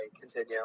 continue